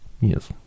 yes